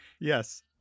Yes